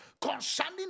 Concerning